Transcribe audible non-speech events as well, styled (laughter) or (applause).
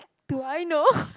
do I know (laughs)